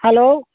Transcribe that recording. hello